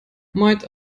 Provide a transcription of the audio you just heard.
might